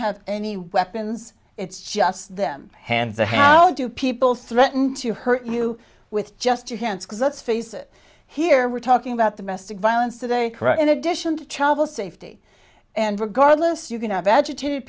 have any weapons it's just them hand the how do people threaten to hurt you with just your hands because let's face it here we're talking about the best violence today in addition to travel safety and regardless you can have agitated